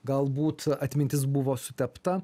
galbūt atmintis buvo sutepta